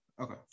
okay